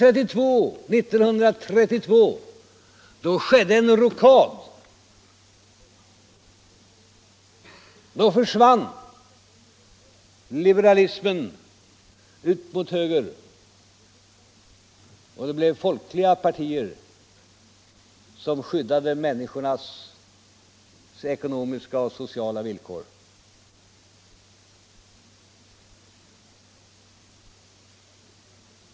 År 1932 skedde en rockad — då försvann liberalismen ut mot höger och det blev folkliga partier som skyddade människornas ekonomiska och sociala villkor.